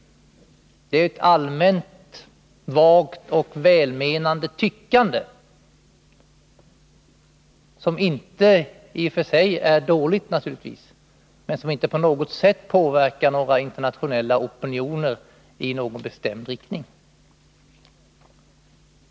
Det är ett allmänt, vagt och välmenande tyckande, som i och för sig naturligtvis inte är dåligt men som inte på något sätt påverkar några internationella opinioner i någon bestämd riktning.